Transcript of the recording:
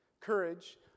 courage